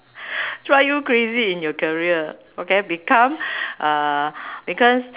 drive you crazy in your career okay become uh because